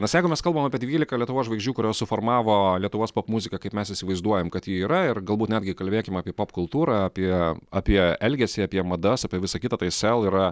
nes jeigu mes kalbam apie dvylika lietuvos žvaigždžių kurios suformavo lietuvos popmuziką kaip mes įsivaizduojam kad ji yra ir galbūt netgi kalbėkim apie popkultūrą apie apie elgesį apie madas apie visa kita tai sel yra